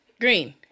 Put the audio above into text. Green